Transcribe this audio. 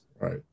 Right